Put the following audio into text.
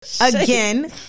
Again